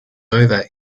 over